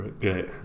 Great